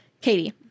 Katie